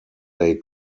day